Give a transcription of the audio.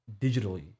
digitally